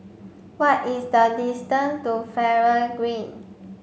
what is the distance to Faber Green